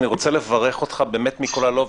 אני רוצה לברך אותך באמת מכל הלב,